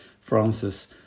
Francis